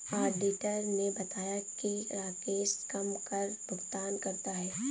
auditor ने बताया कि राकेश कम कर भुगतान करता है